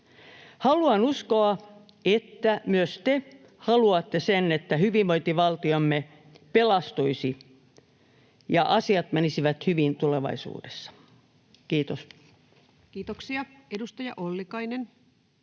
Haluan uskoa, että myös te haluatte, että hyvinvointivaltiomme pelastuisi ja asiat menisivät hyvin tulevaisuudessa. — Kiitos. [Speech 149] Speaker: